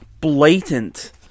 blatant